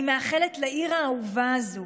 אני מאחלת לעיר האהובה הזאת